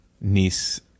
niece